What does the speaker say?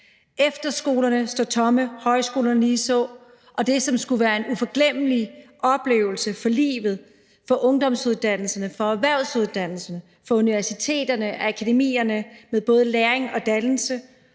efterskolerne står tomme, højskolerne ligeså, og det, som skulle være en uforglemmelig oplevelse for livet fra ungdomsuddannelserne, fra erhvervsuddannelserne, fra universiteterne og akademierne med både læring og dannelse